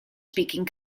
speaking